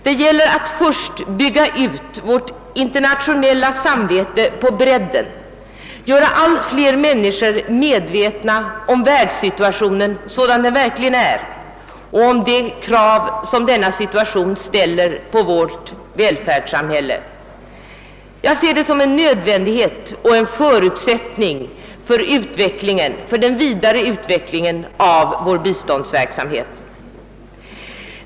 Det gäller att först bygga ut vårt internationella samvete på bredden, göra allt fler människor medvetna om världssituationen sådan den verkligen är och om de krav som denna situation ställer på vårt välfärdssamhälle. Jag betraktar detta som en nödvändighet och en förutsättning för den vidare utvecklingen av vår biståndsverksamhet.